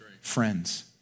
friends